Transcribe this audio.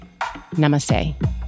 Namaste